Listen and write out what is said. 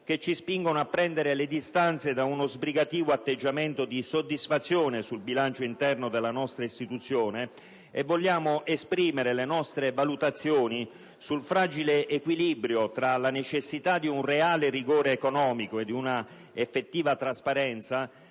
che ci spingono a prendere le distanze da uno sbrigativo atteggiamento di soddisfazione sul bilancio interno della nostra istituzione e vogliamo esprimere le nostre valutazioni sul fragile equilibrio tra la necessità di un reale rigore economico e di un'effettiva trasparenza